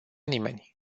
nimeni